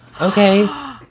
Okay